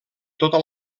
tota